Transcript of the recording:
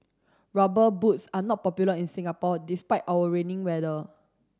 rubber boots are not popular in Singapore despite our rainy weather